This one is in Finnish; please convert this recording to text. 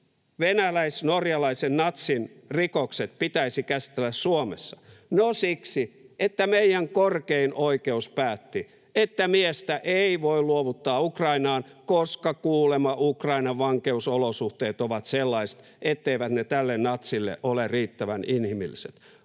venäläis-norjalaisen natsin rikokset pitäisi käsitellä Suomessa? No siksi, että meidän korkein oikeus päätti, että miestä ei voi luovuttaa Ukrainaan, koska kuulemma Ukrainan vankeusolosuhteet ovat sellaiset, etteivät ne tälle natsille ole riittävän inhimilliset